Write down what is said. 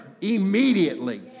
immediately